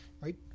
right